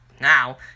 now